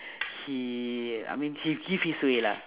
he I mean he give his way lah